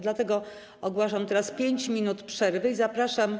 Dlatego ogłaszam teraz 5 minut przerwy i zapraszam.